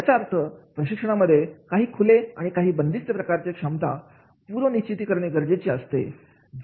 याचा अर्थ प्रशिक्षणामध्ये काही खुले आणि काही बंदिस्त प्रकारचे क्षमतांची पूर्व निश्चिती करणे गरजेचे असते